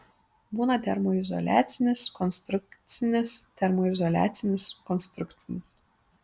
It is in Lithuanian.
būna termoizoliacinis konstrukcinis termoizoliacinis konstrukcinis